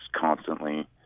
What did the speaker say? constantly